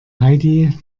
heidi